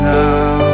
now